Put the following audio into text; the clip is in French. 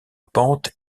pente